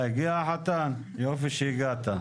יופי שהגעת.